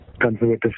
conservative